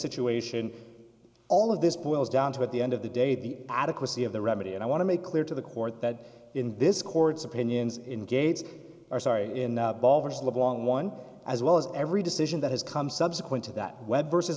situation all of this boils down to at the end of the day the adequacy of the remedy and i want to make clear to the court that in this court's opinions in gates are sorry in the long one as well as every decision that has come subsequent to that webb versus